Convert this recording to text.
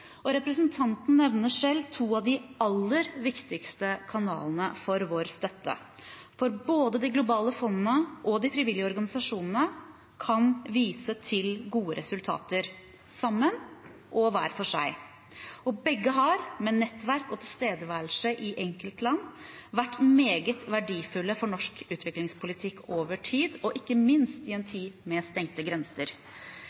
Representanten nevner selv to av de aller viktigste kanalene for vår støtte, for både de globale fondene og de frivillige organisasjonene kan vise til gode resultater – sammen og hver for seg. Begge har, med nettverk og tilstedeværelse i enkeltland, vært meget verdifulle for norsk utviklingspolitikk over tid, og ikke minst i en